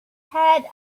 had